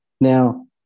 now